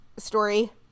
story